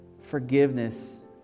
forgiveness